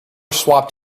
swapped